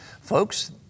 Folks